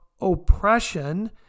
oppression